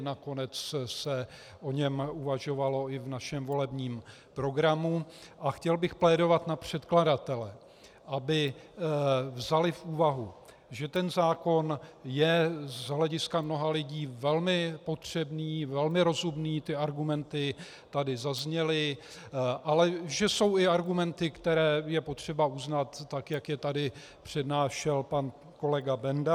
Nakonec se o něm uvažovalo i v našem volebním programu a chtěl bych plédovat na předkladatele, aby vzali v úvahu, že ten zákon je z hlediska mnoha lidí velmi potřebný, velmi rozumný, argumenty tady zazněly, ale že jsou i argumenty, které je potřeba uznat tak, jak je tady přednášel pan kolega Benda.